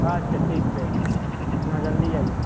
अच्छ ठीक छै हँ जल्दी आइए